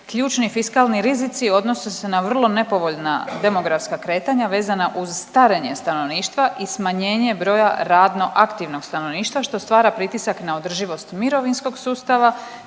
ključni fiskalni rizici odnose se na vrlo nepovoljna demografska kretanja vezana uz starenje stanovništva i smanjenje broja radno aktivnog stanovništva, što stvara pritisak na održivost mirovinskog sustava